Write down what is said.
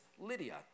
Lydia